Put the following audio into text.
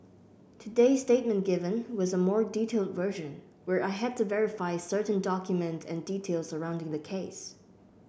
today's statement given was a more detailed version where I had to verify certain documents and details surrounding the case